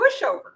pushover